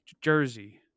Jersey